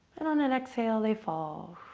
and on and exhale they fall.